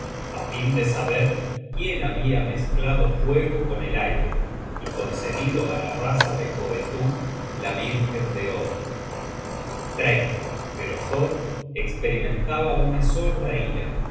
á fin de saber quién habia mezclado fuego con el aire y concedido á la raza de joetun la vírgen de od pero thor esperimentaba una sorda ira